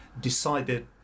decided